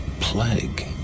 plague